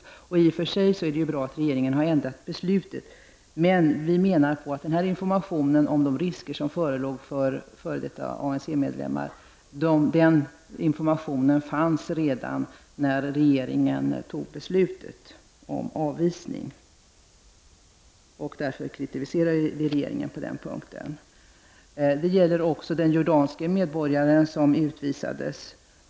Det är i och för sig bra att regeringen har ändrat beslutet, men vi menar att informationen om de risker som förelåg för f.d ANC-medlemmar fanns redan när regeringen fattade beslutet om avvisning. Vi kritiserar därför regeringen på den punkten. Detsamma är också fallet när det gäller den jordanske medborgare som utvisades.